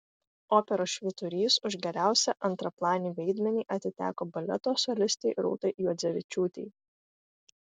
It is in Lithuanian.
operos švyturys už geriausią antraplanį vaidmenį atiteko baleto solistei rūtai juodzevičiūtei